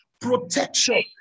Protection